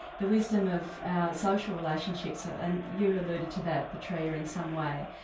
the wisdom of our social relationships. and you alluded to that petrea in some way.